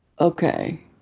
Okay